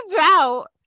out